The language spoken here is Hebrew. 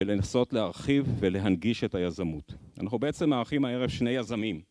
ולנסות להרחיב ולהנגיש את היזמות. אנחנו בעצם, האחים הערב, שני יזמים.